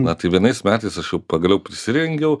na tai vienais metais aš jau pagaliau prisirengiau